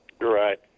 right